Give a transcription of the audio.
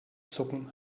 zucken